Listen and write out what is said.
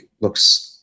looks